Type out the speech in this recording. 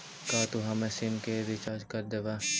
का तू हमर सिम के रिचार्ज कर देबा